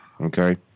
okay